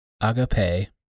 agape